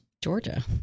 Georgia